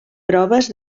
proves